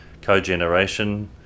Cogeneration